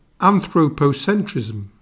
anthropocentrism